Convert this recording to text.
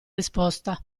risposta